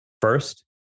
first